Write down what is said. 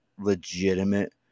legitimate